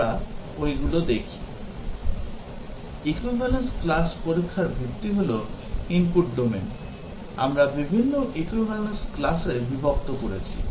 Equivalence class পরীক্ষার ভিত্তি হল ইনপুট ডোমেন আমরা বিভিন্ন equivalence class এ বিভক্ত করছি